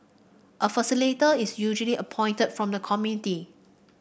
a facilitator is usually appointed from the committee